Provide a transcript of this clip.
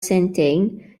sentejn